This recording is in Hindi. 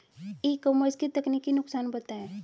ई कॉमर्स के तकनीकी नुकसान बताएं?